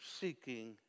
seeking